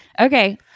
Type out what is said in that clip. Okay